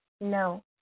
No